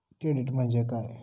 Credit म्हणजे काय?